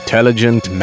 Intelligent